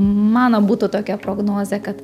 mano būtų tokia prognozė kad